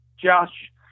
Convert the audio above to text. Josh